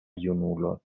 junulo